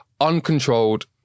uncontrolled